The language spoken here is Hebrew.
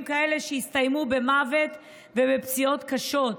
כאלה שהסתיימו במוות ובפציעות קשות.